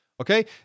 okay